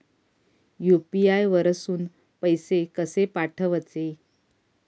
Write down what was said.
UPI वरसून पैसे कसे पाठवचे?